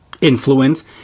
influence